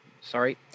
sorry